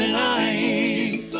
life